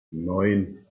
neun